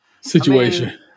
situation